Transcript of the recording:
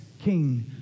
King